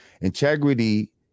integrity